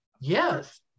Yes